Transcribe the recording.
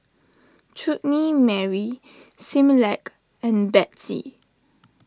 Chutney Mary Similac and Betsy